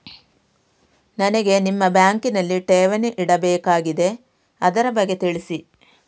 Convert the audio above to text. ನನಗೆ ನಿಮ್ಮ ಬ್ಯಾಂಕಿನಲ್ಲಿ ಠೇವಣಿ ಇಡಬೇಕಾಗಿದೆ, ಅದರ ಬಗ್ಗೆ ತಿಳಿಸಿ